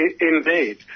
Indeed